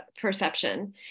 perception